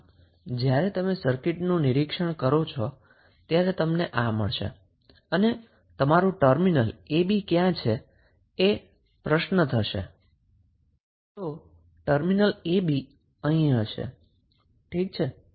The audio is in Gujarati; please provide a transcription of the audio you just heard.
આમ જ્યારે તમે સર્કિટનું નિરીક્ષણ કરો છો ત્યારે તમને આ મળશે અને તમારું ટર્મિનલ ab ક્યાં છે એ પ્રશ્ન થશે તો ટર્મિનલ ab અહીં હશે ઠીક છે